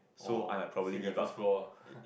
orh so you get first floor ah